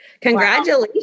Congratulations